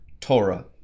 Torah